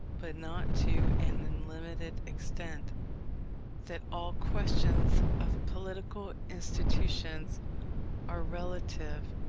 but not to an unlimited extent that all questions of political institutions are relative,